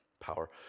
power